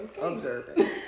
observing